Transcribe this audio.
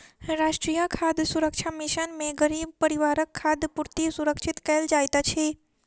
राष्ट्रीय खाद्य सुरक्षा मिशन में गरीब परिवारक खाद्य पूर्ति सुरक्षित कयल जाइत अछि